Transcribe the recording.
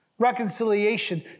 reconciliation